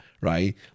right